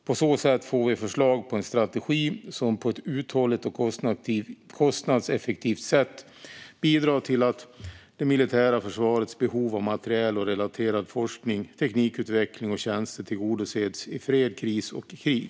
På så sätt får vi förslag på en strategi som på ett uthålligt och kostnadseffektivt sätt bidrar till att det militära försvarets behov av materiel och relaterad forskning, teknikutveckling och tjänster tillgodoses i fred, kris och krig.